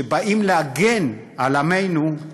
שבאים להגן על עמנו,